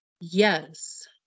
Yes